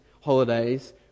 holidays